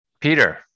Peter